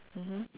mmhmm